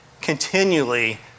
continually